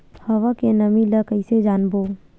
हवा के नमी ल कइसे जानबो?